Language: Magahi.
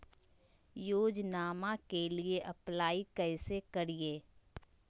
योजनामा के लिए अप्लाई कैसे करिए?